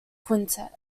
quintet